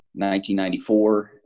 1994